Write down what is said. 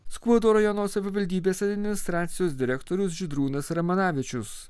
skuodo rajono savivaldybės administracijos direktorius žydrūnas ramanavičius